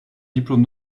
diplôme